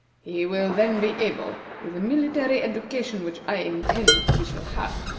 he will then be able, with the military education which i intend he shall have,